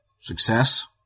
Success